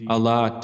Allah